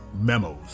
memos